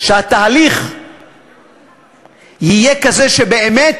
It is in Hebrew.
שהתהליך יהיה כזה שבאמת